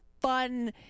fun